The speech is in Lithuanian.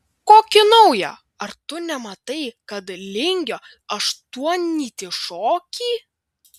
kokį naują ar tu nematai kad lingio aštuonnytį šoki